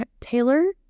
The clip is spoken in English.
Taylor